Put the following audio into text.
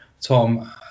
Tom